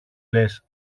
λες